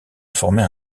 former